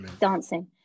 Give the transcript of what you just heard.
dancing